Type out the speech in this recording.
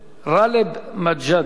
גאלב מג'אדלה,